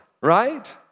right